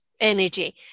energy